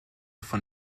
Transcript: von